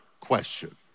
question